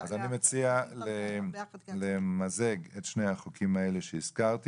אז אני מציע למזג את שני החוקים האלה שהזכרתי.